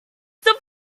stop